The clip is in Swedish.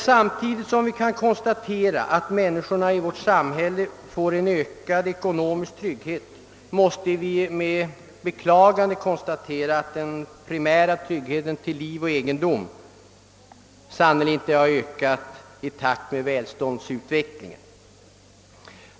Samtidigt som vi kan konstatera att människorna i vårt samhälle får en ökad ekonomisk trygghet måste vi emellertid med beklagande iakttaga att den primära tryggheten till liv och egendom sannerligen inte har ökat i takt med välståndsutvecklingen.